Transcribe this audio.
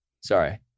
Sorry